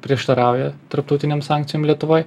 prieštarauja tarptautinėm sankcijom lietuvoj